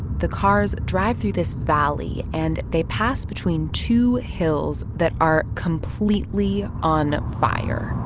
the cars drive through this valley, and they pass between two hills that are completely on fire